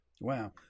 Wow